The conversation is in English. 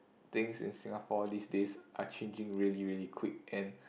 things in Singapore these days are changing really really quick and